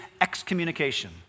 excommunication